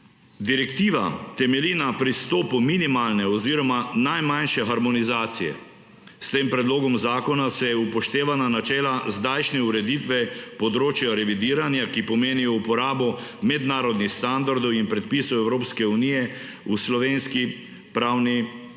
Direktiva temelji na pristopu minimalne oziroma najmanjše harmonizacije. S tem predlogom zakona se je upoštevana načela zdajšnje ureditev področja revidiranja, ki pomeni uporabo mednarodnih standardov in predpisov Evropske unije v slovenskem pravnem redu.